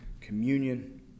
communion